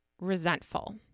resentful